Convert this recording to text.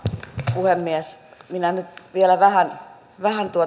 puhemies minä nyt vielä vähän vähän